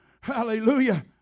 Hallelujah